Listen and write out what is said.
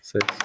Six